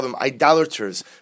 idolaters